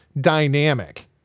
dynamic